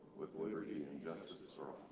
with liberty and justice